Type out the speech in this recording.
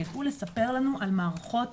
שיוכלו לספר לנו על מערכות